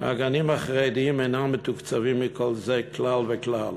הגנים החרדיים אינם מתוקצבים מכל זה כלל וכלל.